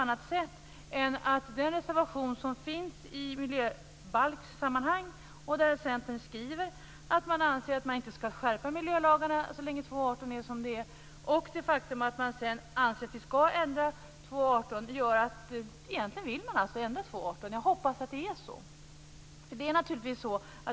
Centern skriver i sin reservation i miljöbalkssammanhang att man anser att miljölagarna inte skall skärpas så länge kap. 2 § 18 kvarstår oförändrad. Sedan skriver man att man anser att kap. 2 § 18 skall ändras. Jag kan inte tolka det på annat sätt än att man egentligen vill ändra kap. 2 § 18. Jag hoppas att det är så.